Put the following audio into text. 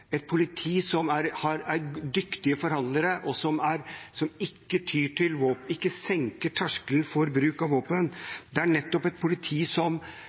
et politi som er dyktige forhandlere, og som ikke senker terskelen for bruk av våpen. Vi ser også en utvikling i andre land: Det er nettopp den type politi som